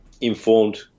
informed